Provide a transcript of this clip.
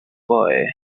boy